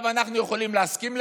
אנחנו יכולים להסכים לזה?